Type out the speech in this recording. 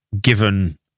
given